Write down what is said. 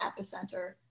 epicenter